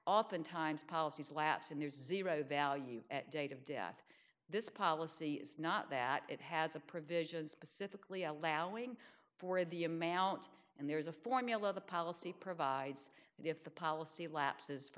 often times policies lapse and there's zero value at date of death this policy is not that it has a provision specifically allowing for the amount and there is a formula the policy provides that if the policy lapses for